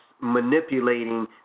manipulating